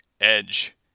Edge